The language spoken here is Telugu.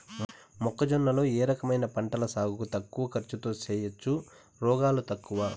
మొక్కజొన్న లో ఏ రకమైన పంటల సాగు తక్కువ ఖర్చుతో చేయచ్చు, రోగాలు తక్కువ?